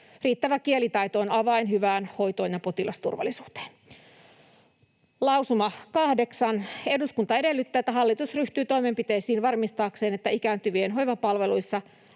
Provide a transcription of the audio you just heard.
Riittävä kielitaito on avain hyvään hoitoon ja potilasturvallisuuteen. Lausuma kahdeksan: ” Eduskunta edellyttää, että hallitus ryhtyy toimenpiteisiin varmistaakseen, että ikääntyvien hoivapalveluissa